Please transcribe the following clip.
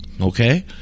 Okay